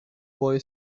boy